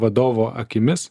vadovo akimis